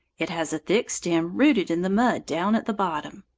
it has a thick stem rooted in the mud down at the bottom.